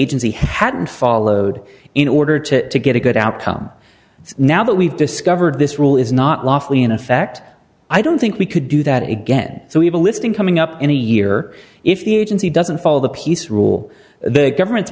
agency hadn't followed in order to get a good outcome now that we've discovered this rule is not lawfully in effect i don't think we could do that again so we have a listing coming up in a year if the agency doesn't follow the piece rule the government's